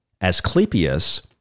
Asclepius